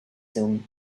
zoom